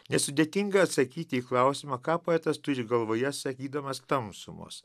nesudėtinga atsakyti į klausimą ką poetas turi galvoje sakydamas tamsumos